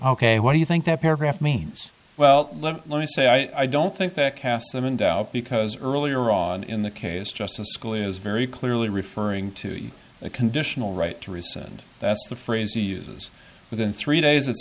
ok what do you think that paragraph means well let me say i don't think that casts them in doubt because earlier on in the case justice school is very clearly referring to you a conditional right to rescind that's the phrase he uses within three days it's